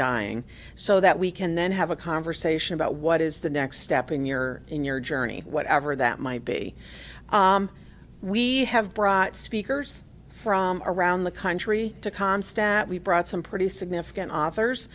dying so that we can then have a conversation about what is the next step in your in your journey whatever that might be we have brought speakers from around the country to com stat we brought some pretty significant authors